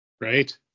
Right